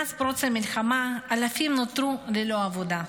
מאז פרוץ המלחמה אלפים נותרו ללא עבודה.